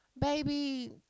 baby